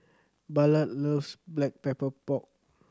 Ballard loves Black Pepper Pork